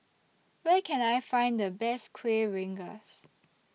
Where Can I Find The Best Kueh Rengas